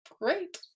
Great